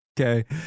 Okay